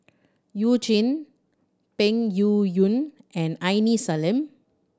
You Jin Peng Yuyun and Aini Salim